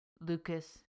Lucas